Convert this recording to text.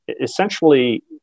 essentially